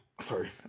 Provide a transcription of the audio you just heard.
Sorry